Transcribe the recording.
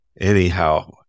anyhow